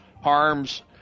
Harms